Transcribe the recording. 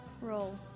Roll